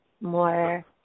more